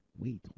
Wait